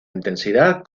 intensidad